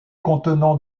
contenant